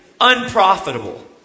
unprofitable